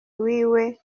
wiwe